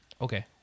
Okay